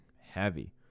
heavy